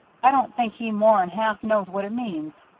i don't think he more'n half knows what it means.